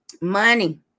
Money